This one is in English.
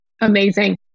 amazing